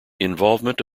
involvement